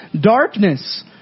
darkness